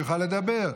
יוכל לדבר.